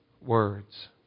words